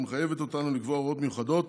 ומחייבת אותנו לקבוע הוראות מיוחדות